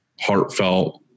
heartfelt